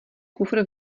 kufr